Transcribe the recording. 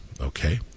Okay